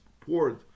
poured